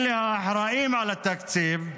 אלה האחראים על התקציב,